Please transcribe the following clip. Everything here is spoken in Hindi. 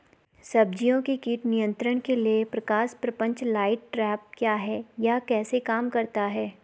सब्जियों के कीट नियंत्रण के लिए प्रकाश प्रपंच लाइट ट्रैप क्या है यह कैसे काम करता है?